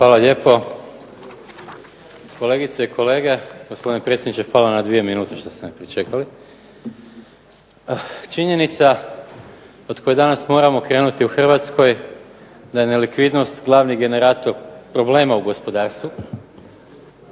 Hvala lijepo. Kolegice i kolege. Gospodine predsjedniče hvala na dvije minute što ste me pričekali. Činjenica od koje danas moramo krenuti u Hrvatskoj da je nelikvidnost glavni generator problema u gospodarstvu